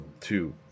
two